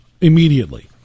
immediately